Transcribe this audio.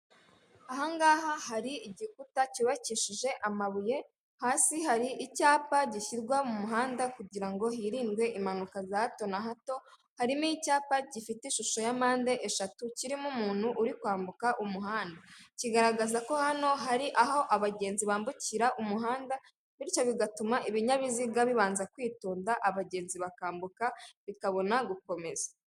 Aha ngaha hari igikuta cyubakishije amabuye, hasi hari icyapa gishyirwa mu muhanda kugirango hirindwe impanuka za hato na hato, harimo icyapa gifite ishusho ya mpande eshatu kirimo umuntu uri kwambuka umuhanda. Kigaragaza ko hano hari aho abagenzi bambukira umuhanda, bityo bigatuma ibinyabiziga bibanza kwitonda abagenzi bakambuka, bikabona gukomeza.